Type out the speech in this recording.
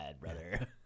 brother